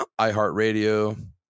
iHeartRadio